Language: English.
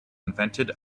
invented